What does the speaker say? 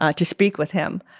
ah to speak with him.